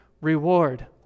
reward